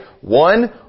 One